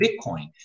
Bitcoin